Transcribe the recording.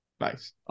nice